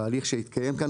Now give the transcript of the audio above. בכללי, אנחנו נמצאים כאן